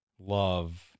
love